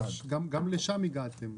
גם לשם הגעתם.